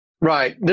Right